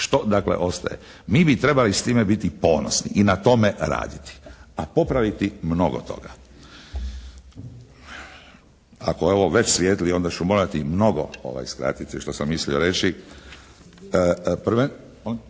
Što dakle ostaje? Mi bi trebali s time biti ponosni i na tome raditi, a popraviti mnogo toga. Ako ovo već svijetli onda ću morati mnogo skratiti što sam mislio reći. Prvenstveno